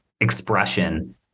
expression